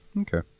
okay